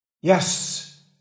yes